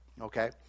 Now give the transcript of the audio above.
Okay